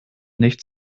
nicht